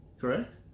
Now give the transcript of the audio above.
correct